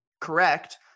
correct